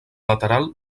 lateral